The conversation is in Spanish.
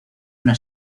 una